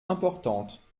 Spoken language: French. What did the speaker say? importante